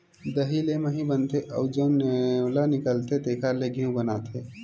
दही ले मही बनथे अउ जउन लेवना निकलथे तेखरे ले घींव बनाथे